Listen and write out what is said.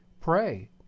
pray